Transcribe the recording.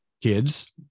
Kids